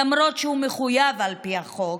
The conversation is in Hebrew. למרות שהוא מחויב על פי החוק,